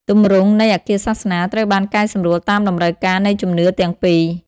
ទម្រង់ នៃអាគារសាសនាត្រូវបានកែសម្រួលតាមតម្រូវការនៃជំនឿទាំងពីរ។